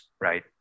Right